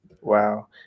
wow